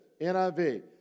NIV